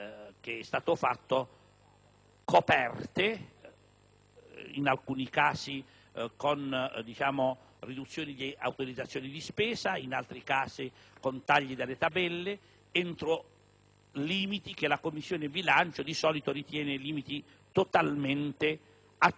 le norme appaiono coperte in alcuni casi con riduzioni di autorizzazioni di spesa, in altri con tagli delle tabelle entro limiti che la Commissione bilancio di solito ritiene totalmente accettabili.